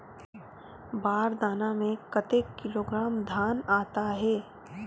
बार दाना में कतेक किलोग्राम धान आता हे?